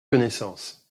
connaissance